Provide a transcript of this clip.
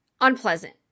unpleasant